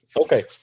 Okay